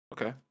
Okay